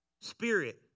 Spirit